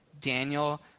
Daniel